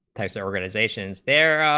so so organizations there